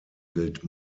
gilt